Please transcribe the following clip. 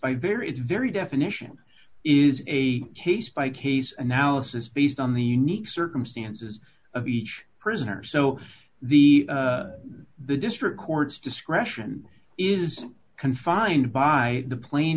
by very its very definition is a case by case analysis based on the unique circumstances of each prisoner so the the district court's discretion is confined by the pla